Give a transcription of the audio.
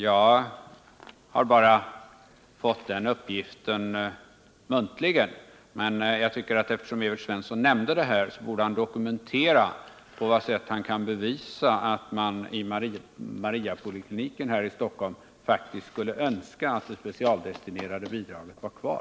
Jag har bara fått den uppgiften muntligen, men eftersom Evert Svensson nämnde det här, borde han tala om hur han kan dokumentera att man på Mariapolikliniken här i Stockholm faktiskt skulle önska att det specialdestinerade bidraget var kvar.